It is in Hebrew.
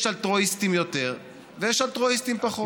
יש אלטרואיסטים יותר ויש אלטרואיסטים פחות.